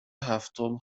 هفتم